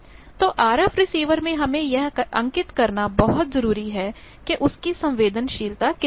तो RF receiver में हमें यह अंकित करना बहुत जरूरी है कि उसकी संवेदनशीलता कितनी है